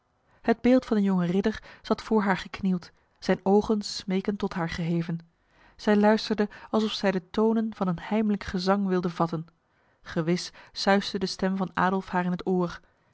het beeld van de jonge ridder zat voor haar geknield zijn ogen smekend tot haar geheven zij luisterde alsof zij de tonen van een heimlijk gezang wilde vatten gewis suisde de stem van adolf haar in het oor